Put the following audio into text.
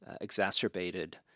exacerbated